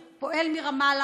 הוא פועל מרמאללה,